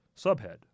Subhead